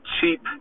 cheap